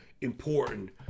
important